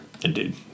Indeed